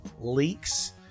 leaks